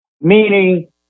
Meaning